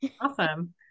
Awesome